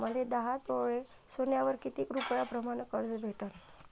मले दहा तोळे सोन्यावर कितीक रुपया प्रमाण कर्ज भेटन?